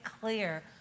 clear